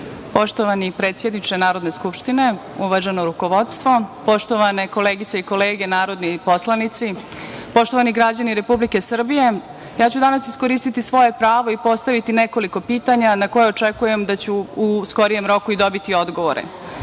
predsedniče Narodne skupštine, uvaženo rukovodstvo, poštovane koleginice i kolege narodni poslanici, poštovani građani Republike Srbije, ja ću danas iskoristiti svoje pravo i postaviti nekoliko pitanja na koja očekujem da ću u skorijem roku dobiti odgovore. Prvo